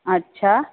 अच्छा